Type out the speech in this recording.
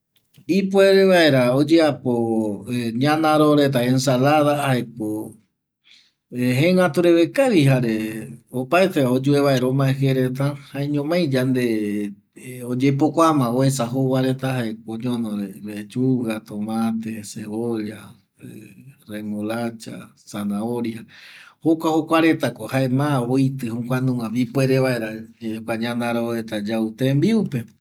Ipuere vaera oyeapo ñanaro reta ensalada jaeko jengatu reve kavi jare opaete oyeata ome je reta jaeñomai yande oyepokuama oesa jouva reta jaeko oñono lechuga, tomate, cebolla, remolacha, ¡zanahoria, jokua jokua retako oitƚ jokua nungape ipuere vaera jokua ñanaro reta yau tembiupe